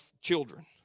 children